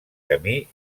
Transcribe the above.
camí